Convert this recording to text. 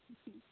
হুম হুম